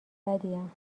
بدیم